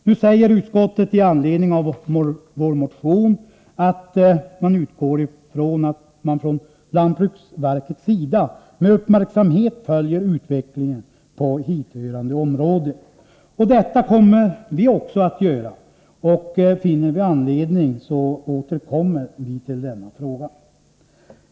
Nu säger utskottet i anledning av vår motion att man utgår från ”att man från lantbruksverkets sida med uppmärksamhet följer utvecklingen på hithörande område”. Det kommer vi också att göra, och finner vi anledning så återkommer vi till denna fråga.